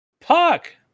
Puck